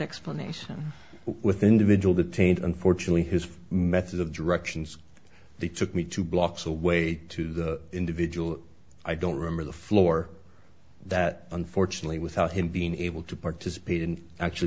explanation with individual the taint unfortunately his method of directions they took me two blocks away to the individual i don't remember the floor that unfortunately without him being able to participate in actually